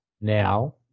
now